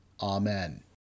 Amen